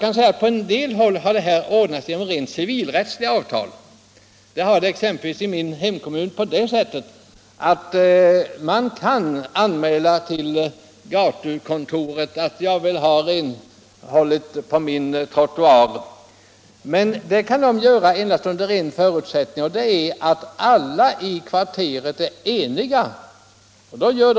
På en del håll har dock detta ordnats genom rent civilrättsliga avtal. Så har skett exempelvis i min hemkommun. Man kan där anmäla till gatukontoret att man vill få snöröjning utförd. Detta kan dock endast ske under en förutsättning, nämligen att alla i kvarteret är eniga om detta.